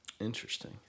Interesting